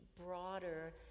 broader